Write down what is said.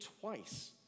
twice